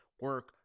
Work